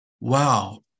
wow